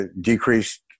decreased